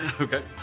Okay